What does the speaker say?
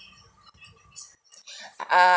err